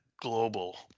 global